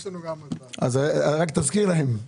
תזכיר לכם.